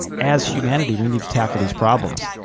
as humanity, we need to tackle these problems.